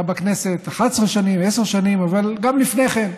אתה בכנסת 11 שנים, 10 שנים, אבל גם לפני כן,